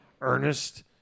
Ernest